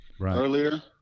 Earlier